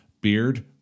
beard